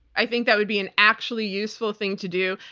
i think that would be an actually useful thing to do.